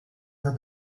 her